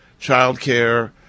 childcare